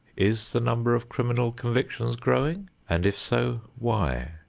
is the number of criminal convictions growing, and if so why?